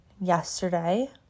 yesterday